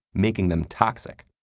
making them toxic.